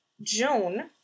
Joan